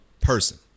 person